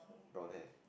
brown hair